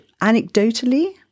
anecdotally